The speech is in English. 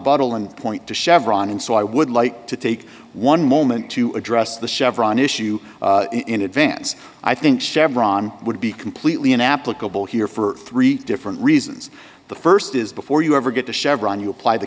uttal and point to chevron and so i would like to take one moment to address the chevron issue in advance i think chevron would be completely inapplicable here for three different reasons the st is before you ever get to chevron you apply t